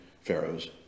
Pharaoh's